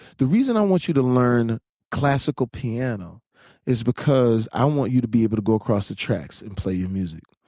the reason i want you to learn classical piano is because i want you to be able to go across the tracks and play your music.